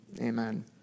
Amen